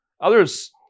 Others